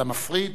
על המפריד?